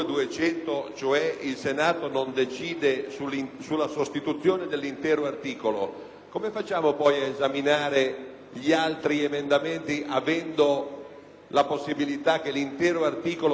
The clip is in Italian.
come facciamo ad esaminare gli altri emendamenti, sussistendo la possibilità che l'intero articolo venga sostituito? Francamente, io non comprendo il senso di una procedura di questo tipo: